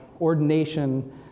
ordination